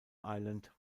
island